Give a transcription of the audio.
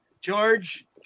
George